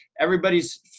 everybody's